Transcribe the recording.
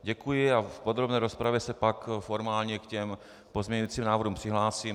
Děkuji a v podrobné rozpravě se pak formálně k těm pozměňovacím návrhům přihlásím.